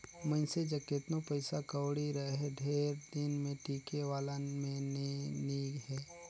मइनसे जग केतनो पइसा कउड़ी रहें ढेर दिन ले टिके वाला में ले नी हे